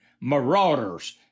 marauders